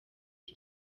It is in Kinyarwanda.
iki